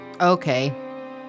Okay